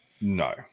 No